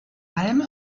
alm